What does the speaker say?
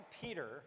Peter